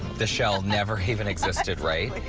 the shell never even existed, right?